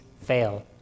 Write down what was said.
fail